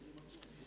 מאיזה מקום?